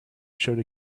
showed